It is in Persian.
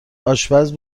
آشپز